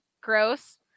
gross